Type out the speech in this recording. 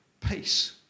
peace